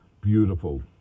Beautiful